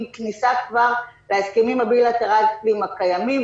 עם כניסה כבר להסכמים הבילטרליים הקיימים,